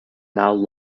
now